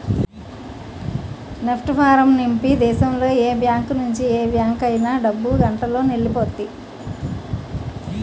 NEFT form నింపి దేశంలో ఏ బ్యాంకు నుంచి ఏ బ్యాంక్ అయినా డబ్బు గంటలోనెల్లిపొద్ది